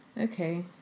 Okay